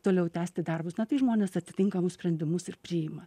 toliau tęsti darbus na tai žmonės atitinkamus sprendimus ir priima